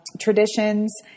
traditions